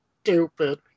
Stupid